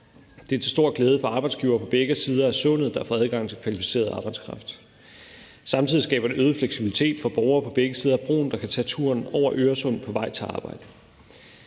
Det er til stor glæde for arbejdsgivere på begge sider af Sundet, der får adgang til kvalificeret arbejdskraft. Samtidig skaber det øget fleksibilitet for borgere på begge sider af broen, der kan tage turen over Øresund på vej til arbejde.